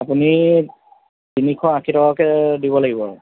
আপুনি তিনিশ আশী টকাকৈ দিব লাগিব আৰু